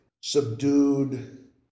subdued